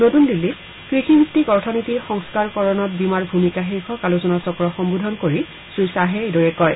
নতুন দিল্লীত কৃষিভিত্তিক অথনীতিৰ সংস্কাৰকৰণত বীমাৰ ভূমিকা শীৰ্ষক আলোচনাচক্ৰ সন্নোধন কৰি শ্ৰীশ্বাহে এইদৰে কয়